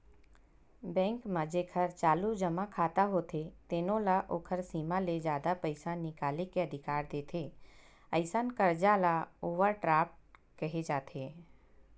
bank म जेखर चालू जमा खाता होथे तेनो ल ओखर सीमा ले जादा पइसा निकाले के अधिकार देथे, अइसन करजा ल ओवर ड्राफ्ट केहे जाथे